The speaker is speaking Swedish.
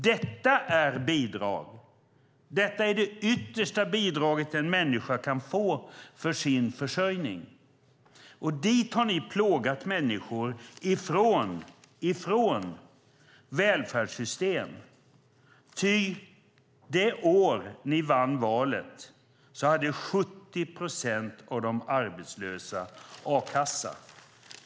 Detta är det yttersta bidrag som en människa kan få för sin försörjning. Dit har ni plågat människor från välfärdssystem, ty det år ni vann valet hade 70 procent av de arbetslösa a-kassa.